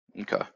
Okay